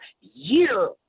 year